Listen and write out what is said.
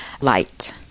light